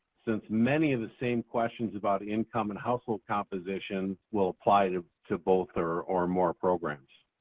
since many of the same questions about income and household composition will apply to to both or or more programs.